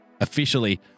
officially